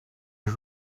you